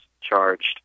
charged